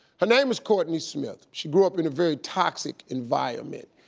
her name is courtney smith. she grew up in a very toxic environment.